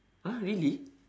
!huh! really